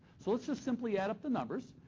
so let's just simply add up the numbers.